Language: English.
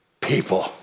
people